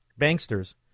banksters